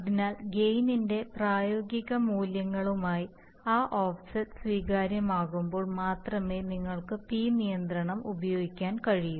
അതിനാൽ ഗെയിനിൻറെ പ്രായോഗിക മൂല്യങ്ങളുമായി ആ ഓഫ്സെറ്റ് സ്വീകാര്യമാകുമ്പോൾ മാത്രമേ നിങ്ങൾക്ക് പി നിയന്ത്രണം ഉപയോഗിക്കാൻ കഴിയൂ